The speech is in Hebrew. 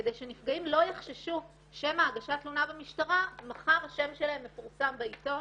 כדי שנפגעים לא יחששו שמא הגשת תלונה במשטרה מחר השם שלהם מפורסם בעיתון